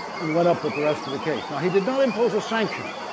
and went up with the rest of the case, now he did not impose a sanction.